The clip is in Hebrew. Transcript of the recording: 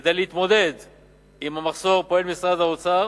כדי להתמודד עם המחסור פועל משרד האוצר